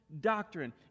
doctrine